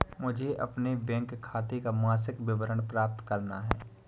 मुझे अपने बैंक खाते का मासिक विवरण प्राप्त करना है?